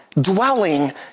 Dwelling